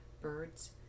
birds